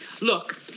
Look